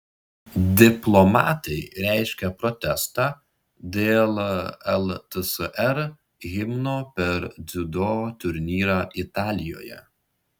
diplomatai reiškia protestą dėl ltsr himno per dziudo turnyrą italijoje